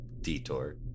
detour